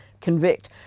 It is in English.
convict